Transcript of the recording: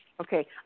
Okay